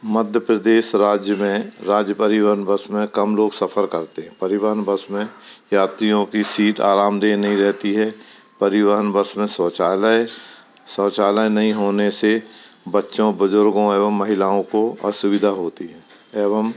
मध्य प्रदेश राज्य में राज्य परिवहन बस में कम लोग सफर करते हैं परिवहन बस में यात्रियों की सीट आरामदेह नहीं रहती है परिवहन बस में शौचालय शौचालय नहीं होने से बच्चों बुजुर्गों एवं महिलाओं को असुविधा होती है एवं